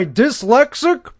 dyslexic